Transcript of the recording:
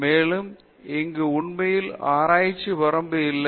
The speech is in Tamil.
மேலும் இங்கு உண்மையில் ஆராய்ச்சி வரம்பு இல்லை